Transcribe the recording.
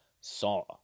saw